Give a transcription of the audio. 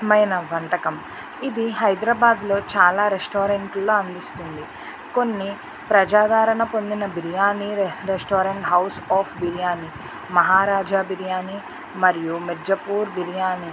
మైన వంటకం ఇది హైదరాబాద్లో చాలా రెస్టారెంట్లలో అందిస్తుంది కొన్ని ప్రజాదరణ పొందిన biryani restaurant house of biryani Maharaja biryani మరియు మిర్జాపూర్ బిర్యానీ